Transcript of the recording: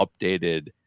updated